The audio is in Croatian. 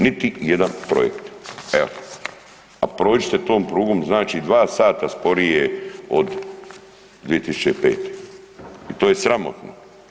Niti jedan projekt, evo, a prođite tom prugom znači 2 sata sporije od 2005. i to je sramotno.